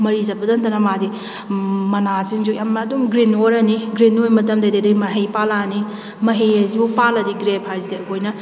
ꯃꯔꯤ ꯆꯠꯄꯗ ꯅꯠꯇꯅ ꯃꯥꯗꯤ ꯃꯅꯥꯁꯤꯡꯁꯨ ꯌꯥꯝꯅ ꯑꯗꯨꯝ ꯒ꯭ꯔꯤꯟ ꯑꯣꯏꯔꯅꯤ ꯒ꯭ꯔꯤꯟ ꯑꯣꯏꯕ ꯃꯇꯝꯗꯗꯗꯩ ꯃꯍꯩ ꯄꯥꯜꯂꯛꯑꯅꯤ ꯃꯍꯩ ꯍꯥꯏꯁꯤꯕꯨ ꯄꯥꯜꯂꯗꯤ ꯒ꯭ꯔꯦꯞ ꯍꯥꯏꯁꯤꯗꯤ ꯑꯩꯈꯣꯏꯅ